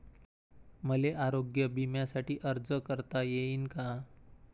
मले आरोग्य बिम्यासाठी अर्ज करता येईन का?